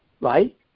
right